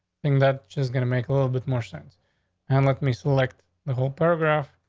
think that's just gonna make a little bit more sense and let me select the whole program.